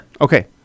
Okay